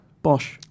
Bosch